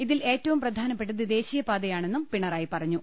ഇതിൽ ഏറ്റവും പ്രധാനപ്പെട്ടത് ദേശീയപാതയാണെന്നും പിണറായി പറഞ്ഞു